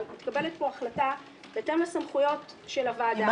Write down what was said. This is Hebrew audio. מתקבלת פה החלטה בהתאם לסמכויות של הוועדה.